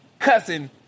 cussing